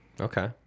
Okay